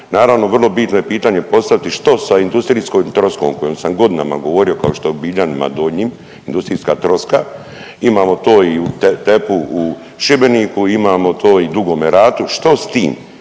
Naravno vrlo bitno je pitanje poslati što sa industrijskom troskom kojom sam godinama govorio kao što je u Biljanima Donjim industrijska troska, imamo to i u TEPU u Šibeniku imamo to i u Dugome Ratu što s tim